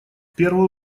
первую